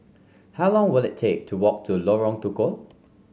how long will it take to walk to Lorong Tukol